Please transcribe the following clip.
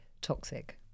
toxic